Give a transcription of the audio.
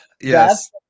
Yes